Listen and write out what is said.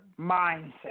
mindset